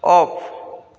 of